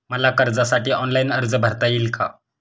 मला कर्जासाठी ऑनलाइन अर्ज भरता येईल का?